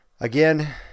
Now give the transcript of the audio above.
Again